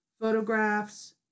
photographs